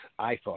iPhone